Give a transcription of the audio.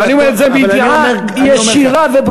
אני אומר כך אני אומר את זה בידיעה ישירה וברורה.